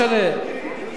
ממש תשובה בוגרת, לא משנה.